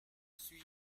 sui